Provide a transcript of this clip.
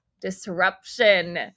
disruption